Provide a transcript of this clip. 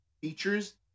features